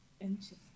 Interesting